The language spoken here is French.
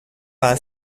par